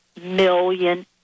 million